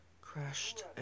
crashed